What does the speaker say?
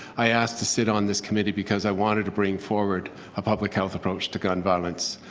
i asked to sit on this committee because i wanted to bring forward a public health approach to gun violence.